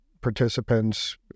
participants